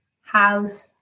house